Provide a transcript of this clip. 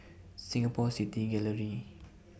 Singapore City Gallery